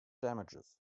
damages